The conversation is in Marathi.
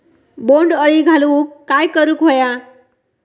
बोंड अळी घालवूक काय करू व्हया?